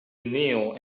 kneel